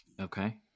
Okay